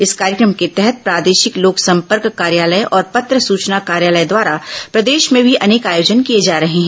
इस कार्यक्रम के तहत प्रादेशिक लोकसंपर्क कार्यालय और पत्र सूचना कार्यालय द्वारा प्रदेश में भी अनेक आयोजन किए जा रहे हैं